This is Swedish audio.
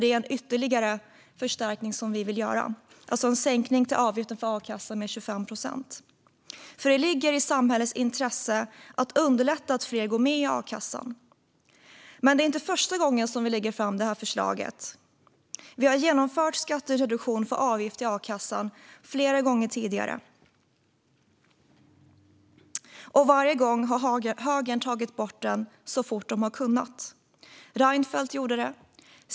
Det är en ytterligare förstärkning som vi vill göra, alltså en sänkning av avgiften till a-kassa med 25 procent. Det ligger nämligen i samhällets intresse att underlätta att fler går med i a-kassan. Men det är inte första gången som vi lägger fram detta förslag. Vi har genomfört skattereduktion för avgift till a-kassan flera gånger tidigare. Varje gång har högern tagit bort den så fort man har kunnat. Reinfeldt gjorde det.